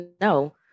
no